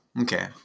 okay